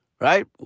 Right